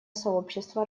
сообщество